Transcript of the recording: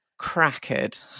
crackered